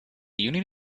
unit